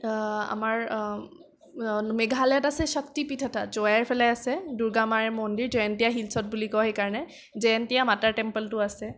আমাৰ মেঘালয়ত আছে শক্তিপীঠ এটা জোৱাই ফালে আছে দুৰ্গামাৰ মন্দিৰ জয়ন্তীয়া হিল্ছত বুলি কয় সেইকাৰণে জয়ন্তীয়া মাতাৰ টেম্প'লটো আছে